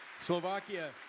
Slovakia